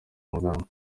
muganga